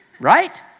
right